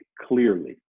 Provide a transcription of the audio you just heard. clearly